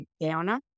downer